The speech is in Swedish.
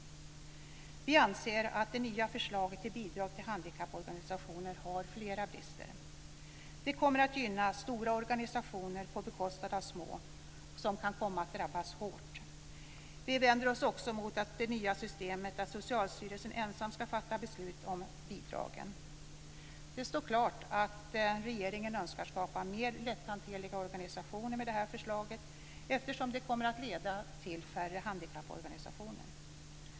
Vi anser att det nya förslaget till bidrag till handikapporganisationerna har flera brister. Det kommer att gynna stora organisationer på bekostnad av små som kan komma att drabbas hårt. Vi vänder oss också mot det nya systemet, att Socialstyrelsen ensam ska fatta beslut om bidragen. Det står klart att regeringen önskar skapa mer lätthanterliga organisationer med det här förslaget eftersom det kommer att leda till färre handikapporganisationer.